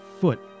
foot